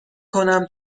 کنم